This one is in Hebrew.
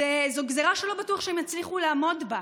זו גזרה שלא בטוח שהם יצליחו לעמוד בה.